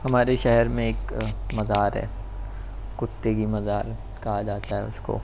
ہمارے شہر میں ایک مزار ہے کتے کی مزار کہا جاتا ہے اس کو